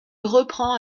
reprend